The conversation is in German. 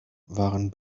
waren